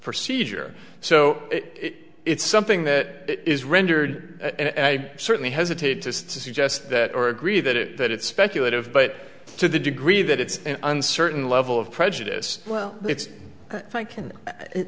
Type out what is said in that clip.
procedure so it it's something that is rendered and i certainly hesitate to suggest that or agree that it that it's speculative but to the degree that it's uncertain level of prejudice well it's i